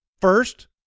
first